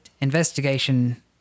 investigation